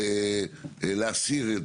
להסיר,